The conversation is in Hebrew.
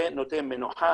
זה נותן מנוחה,